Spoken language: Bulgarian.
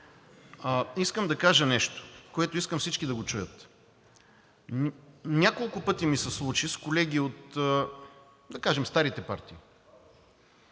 Искам да кажа нещо, което искам всички да го чуят. Няколко пъти ми се случи с колеги от – да кажем, старите партии,